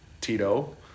Tito